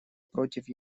против